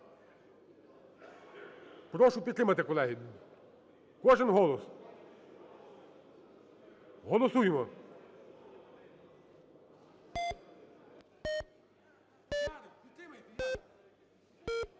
Прошу підтримати, колеги. Кожен голос! Голосуємо.